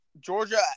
Georgia